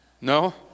no